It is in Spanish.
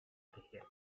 tejer